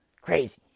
crazy